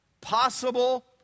possible